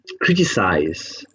criticize